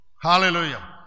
Hallelujah